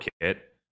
kit